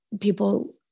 people